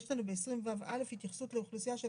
יש לנו בסעיף 20ו(א) התייחסות לאוכלוסייה של